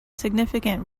significant